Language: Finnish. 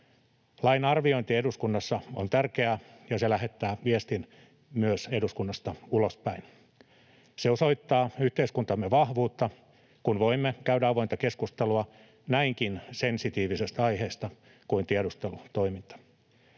Lain arviointi eduskunnassa on tärkeää, ja se lähettää viestin myös eduskunnasta ulospäin. Se osoittaa yhteiskuntamme vahvuutta, kun voimme käydä avointa keskustelua näinkin sensitiivisestä aiheesta kuin tiedustelutoiminta.